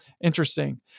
Interesting